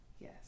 Yes